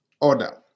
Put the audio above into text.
order